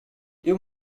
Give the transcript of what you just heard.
you